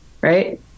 right